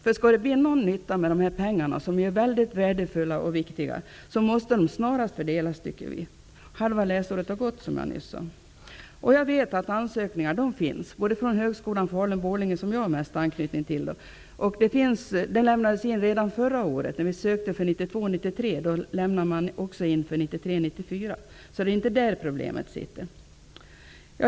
Om dessa pengar, som är mycket värdefulla och viktiga för högskolorna, skall komma till någon nytta måste de fördelas snarast. Halva läsåret har, som jag nyss sade, redan gått. Jag vet att det finns ansökningar från exempelvis högskolan Falun 93 även ansökte för 1993/94. Det är inte där problemet sitter.